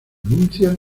nupcias